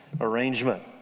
arrangement